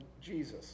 Jesus